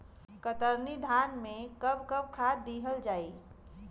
कतरनी धान में कब कब खाद दहल जाई?